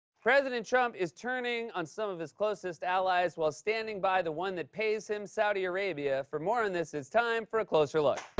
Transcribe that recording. president trump is turning on some of his closest allies while standing by the one that pays him, saudi arabia. for more on this, it's time for a closer look.